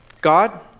God